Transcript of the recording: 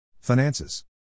Finances